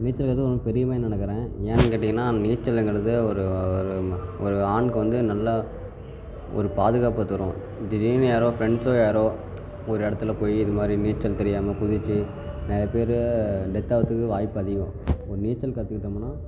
நீச்சல் கற்றுக்குனது ரொம்ப பெருமையாக நெனைக்கறேன் ஏன்னு கேட்டிங்கன்னால் நீச்சலுங்கறது ஒரு ஒரு ம ஒரு ஆணுக்கு வந்து நல்லா ஒரு பாதுகாப்பை தரும் திடீர்னு யாரோ ஃப்ரெண்ட்ஸோ யாரோ ஒரு இடத்துல போய் இது மாதிரி நீச்சல் தெரியாமல் குதிச்சு நிறைய பேர் டெத் ஆகறத்துக்கு வாய்ப்பு அதிகம் இப்போ நீச்சல் கற்றுக்கிட்டம்னா